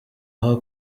aho